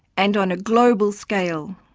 and on a global scale.